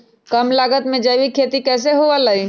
कम लागत में जैविक खेती कैसे हुआ लाई?